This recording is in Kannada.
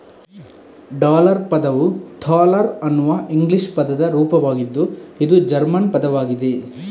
ಡಾಲರ್ ಪದವು ಥಾಲರ್ ಅನ್ನುವ ಇಂಗ್ಲಿಷ್ ಪದದ ರೂಪವಾಗಿದ್ದು ಇದು ಜರ್ಮನ್ ಪದವಾಗಿದೆ